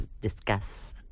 discuss